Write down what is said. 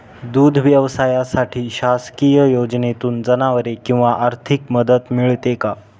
दूध व्यवसायासाठी शासकीय योजनेतून जनावरे किंवा आर्थिक मदत मिळते का?